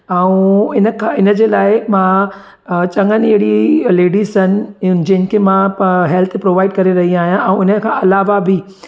ऐं इन खां इन जे लाइ मां अ चङनि अहिड़ी लेडीज़ आहिनि जंहिंखे मां प हेल्थ प्रोवाईड करे रही आहियां ऐं इन खां अलावा बि